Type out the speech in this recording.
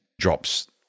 drops